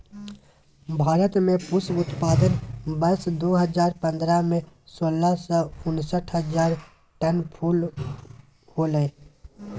भारत में पुष्प उत्पादन वर्ष दो हजार पंद्रह में, सोलह सौ उनसठ हजार टन फूल होलय